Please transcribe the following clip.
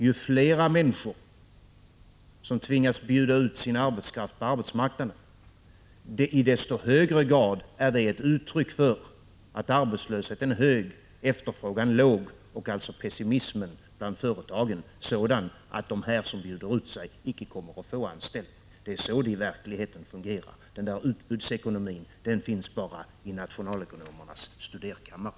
Ju fler människor som tvingas bjuda ut sin arbetskraft på arbetsmarknaden desto mer är det uttryck för att arbetslösheten är hög och efterfrågan låg och alltså pessimismen bland företagen sådan att dessa människor som bjuder ut sig inte kommer att få anställning. Det är så det i verkligheten fungerar. Utbudsekonomin finns bara i nationalekonomernas studerkammare.